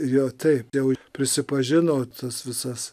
jo taip jau prisipažino tas visas